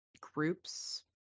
groups